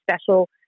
special